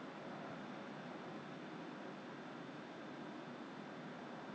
应该是在那边当场做的吧 maybe 他 if you know brought in the Taiwan staff